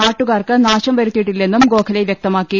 നാട്ടുകാർക്ക് നാശം വരുത്തിയിട്ടില്ലെന്നും ഗോഖലെ വൃക്തമാ ക്കി